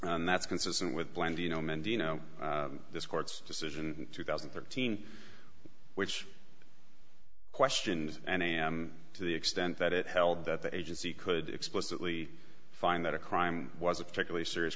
and that's consistent with blend you know mindy you know this court's decision two thousand and thirteen which question and i am to the extent that it held that the agency could explicitly find that a crime was a particularly serious